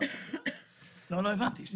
לא הבנתי.